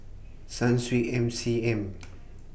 Sunsweet M C M